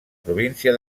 província